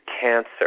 Cancer